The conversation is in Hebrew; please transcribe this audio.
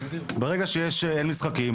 ברגע שאין משחקים,